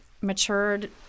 matured